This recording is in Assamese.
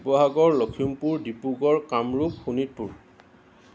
শিৱসাগৰ লক্ষীমপুৰ ডিব্ৰুগড় কামৰূপ শোণিতপুৰ